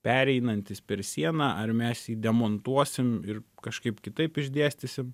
pereinantis per sieną ar mes jį demontuosim ir kažkaip kitaip išdėstysim